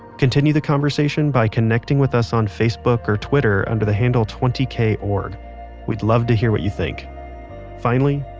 continue the conversation by connecting with us on facebook or twitter, under the handle, twenty korg. we'd love to hear what you think finally,